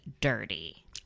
dirty